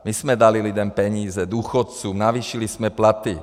My jsme dali lidem peníze, důchodcům, navýšili jsme platy.